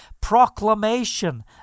proclamation